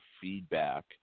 feedback